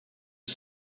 des